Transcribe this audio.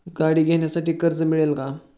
गाडी घेण्यासाठी कर्ज मिळेल का?